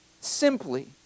simply